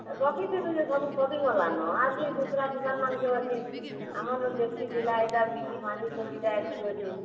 ଏ ରଖିଥିନୁ ଯେ ସବୁ ସରିଗଲାନ ଆର୍ ବି ଦୂସରା ଦୁକାନ୍ ମାନ୍କେ ଅଛି ଆମନ୍ ଯେତକି ଥିଲା ଏଟା ବିକି ଭାଙ୍ଗିକରି ଏଟା ଏତିକି ଅଛି